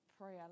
prayer